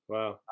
Wow